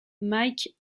mike